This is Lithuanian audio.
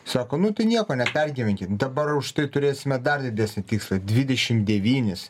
sako nu tai nieko nepergyvenkit dabar už tai turėsime dar didesnį tikslą dvidešimt devynis